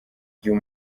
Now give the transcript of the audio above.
igihe